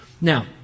Now